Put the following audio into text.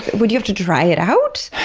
would you have to dry it out?